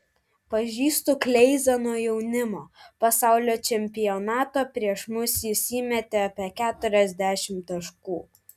pažįstu kleizą nuo jaunimo pasaulio čempionato prieš mus jis įmetė apie keturiasdešimt taškų